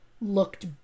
looked